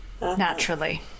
naturally